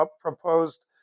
proposed